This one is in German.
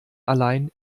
allein